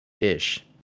ish